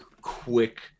quick